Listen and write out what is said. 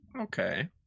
Okay